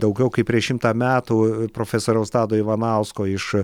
daugiau kaip prieš šimtą metų profesoriaus tado ivanausko iš